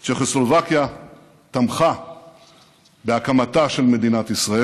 תמכה צ'כוסלובקיה בהקמתה של מדינת ישראל.